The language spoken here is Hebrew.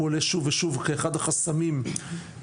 הוא עולה שוב ושוב כאחד החסמים לאסירים,